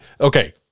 okay